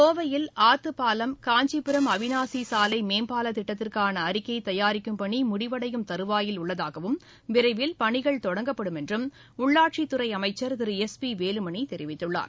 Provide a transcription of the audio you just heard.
கோவையில் ஆத்துப்பாலம் காஞ்சிபுரம் அவினாசி சாலை மேம்பால திட்டத்திற்கான அறிக்கை தயாரிக்கும் பணி முடிவடையும் தருவாயில் உள்ளதாகவும் விரைவில் பணிகள் தொடங்கப்படும் என்றம் உள்ளாட்சித் துறை அமைச்சர் திரு எஸ் பி வேலுமணி தெரிவித்துள்ளார்